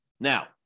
Now